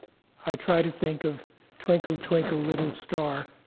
i try to think of twinkle twinkle, little star